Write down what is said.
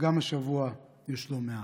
גם השבוע יש לא מעט.